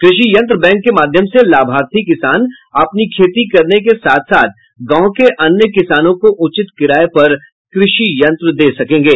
कृषि यंत्र बैंक के माध्यम से लाभार्थी किसान अपनी खेती करने के साथ गांव के अन्य किसानों को उचित किराये पर कृषि यंत्र दे सकेंगे